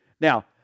Now